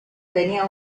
tenía